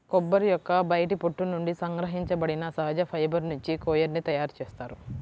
కొబ్బరి యొక్క బయటి పొట్టు నుండి సంగ్రహించబడిన సహజ ఫైబర్ నుంచి కోయిర్ ని తయారు చేస్తారు